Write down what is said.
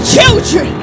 Children